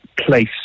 place